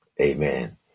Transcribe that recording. Amen